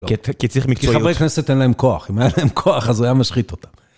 כי חברי הכנסת אין להם כוח, אם היה להם כוח אז הוא היה משחית אותם.